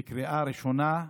בקריאה ראשונה,